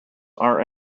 are